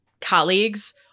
colleagues